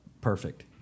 perfect